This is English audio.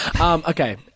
Okay